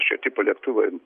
šio tipo lėktuvai